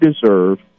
deserve